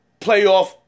Playoff